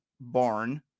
barn